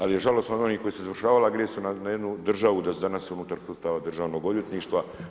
Ali je žalost od onih koji su izvršavali agresiju na jednu državu, da su danas unutar sustava Državnog odvjetništva.